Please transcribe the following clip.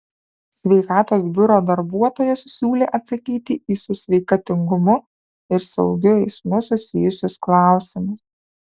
sveikatos biuro darbuotojos siūlė atsakyti į su sveikatingumu ir saugiu eismu susijusius klausimus